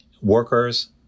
workers